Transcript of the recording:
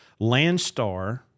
Landstar